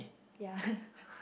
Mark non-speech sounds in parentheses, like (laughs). ya (laughs)